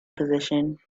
position